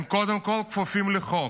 הם קודם כול כפופים לחוק,